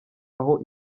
aho